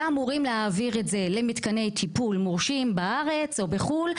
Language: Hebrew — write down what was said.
ואמורים להעביר את זה למתקני טיפול מורשים בארץ או בחו"ל,